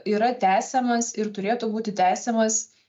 yra tęsiamas ir turėtų būti tęsiamas